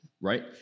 right